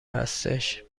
هستش